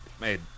Made